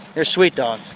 they're sweet dogs.